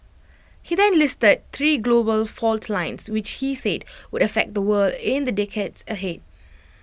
he then listed three global fault lines which he said would affect the world in the decades ahead